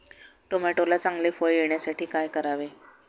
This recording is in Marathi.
टोमॅटोला चांगले फळ येण्यासाठी काय करावे?